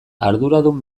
arduradun